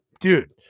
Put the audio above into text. dude